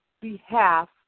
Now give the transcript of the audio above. behalf